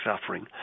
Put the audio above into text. suffering